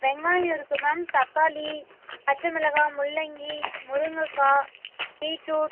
வெங்காயம் இருக்குது மேம் தக்காளி பச்சை மிளகாய் முள்ளங்கி முருங்கக்காய் பீட்ரூட்